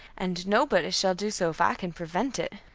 and nobody shall do so if i can prevent it.